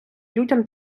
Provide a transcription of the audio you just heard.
людям